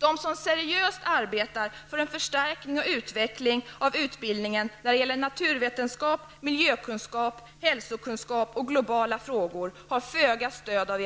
De som seriöst arbetar för en förstärkning och uveckling av utbildningen när det gäller naturvetenskap, miljökunskap, hälsokunskap och globala frågor har föga stöd av